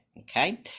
okay